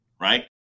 right